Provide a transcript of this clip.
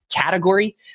category